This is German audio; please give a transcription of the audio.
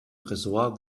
ressort